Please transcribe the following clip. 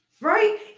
Right